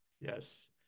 Yes